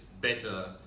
better